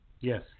yes